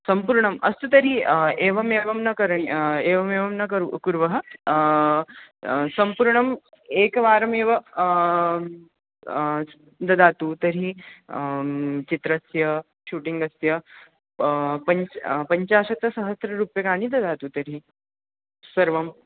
सम्पूर्णम् अस्तु तर्हि एवम् एवं न करणीयं एवम् एवं न कुरु कुर्वः सम्पूर्णम् एकवारमेव च् ददातु तर्हि चित्रस्य शूटिंगस्य पञ्च पञ्चाशत्सहस्ररूप्यकाणि ददातु तर्हि सर्वम्